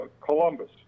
Columbus